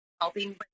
helping